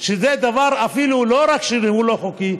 שזה דבר שלא רק שהוא לא חוקי,